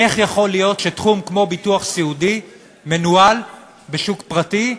איך יכול להיות שתחום כמו ביטוח סיעודי מנוהל בשוק פרטי,